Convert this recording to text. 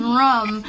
rum